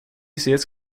ses